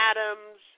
Adams